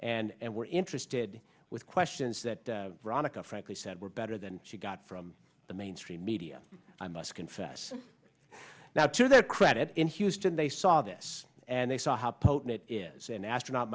and were interested with questions that are on a cup frankly said were better than she got from the mainstream media i must confess now to their credit in houston they saw this and they saw how potent it is an astronaut